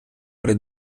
при